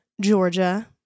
Georgia